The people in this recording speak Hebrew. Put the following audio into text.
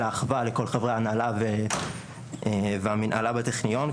האחווה לכל חברי ההנהלה והמנהלה בטכניון,